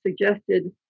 suggested